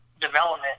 development